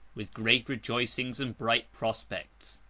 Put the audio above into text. with great rejoicings and bright prospects